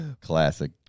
Classic